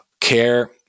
care